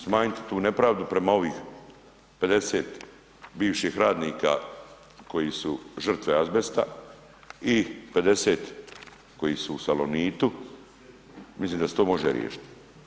Smanjit tu nepravdu prema ovih 50 bivših radnika koji su žrtve azbesta i 50 koji su u Salonitu, mislim da se to može riješiti.